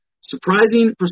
Surprising